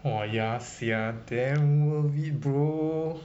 !wah! ya sia damn worth it bro